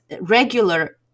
regular